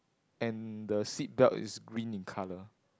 and the seat belt is green in colour